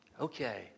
Okay